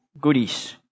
goodies